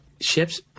ships